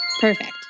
Perfect